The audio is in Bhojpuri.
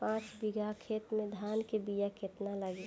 पाँच बिगहा खेत में धान के बिया केतना लागी?